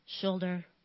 shoulder